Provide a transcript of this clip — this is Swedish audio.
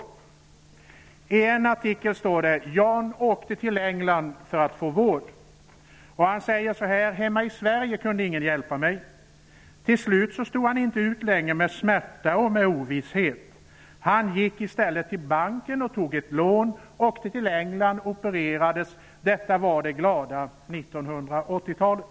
I en av de artiklar som jag har med mig här i kammaren står det: Jan åkte till England för att få vård. Den person som uttalar sig i artikeln säger vidare: Hemma i Sverige kunde ingen hjälpa mig. Till slut stod han inte längre ut med smärta och ovisshet. Han gick då i stället till banken och tog ett lån, åkte till England och opererades. Detta var det glada 1980-talet.